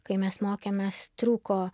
kai mes mokėmės trūko